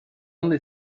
only